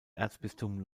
erzbistum